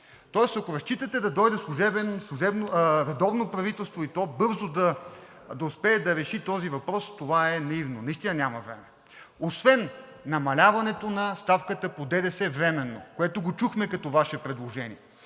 Тоест, ако разчитате да дойде редовно правителство и то бързо да успее да реши този въпрос, това е наивно. Наистина няма време. Освен намаляването на ставката по ДДС – временно, което го чухме като Ваше предложение.